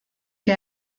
que